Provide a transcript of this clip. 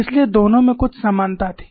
इसलिए दोनों में कुछ समानता थी